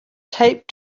taped